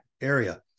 area